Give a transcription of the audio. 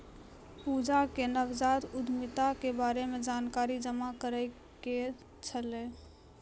पूजा के नवजात उद्यमिता के बारे मे जानकारी जमा करै के छलै